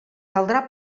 caldrà